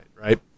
right